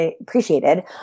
appreciated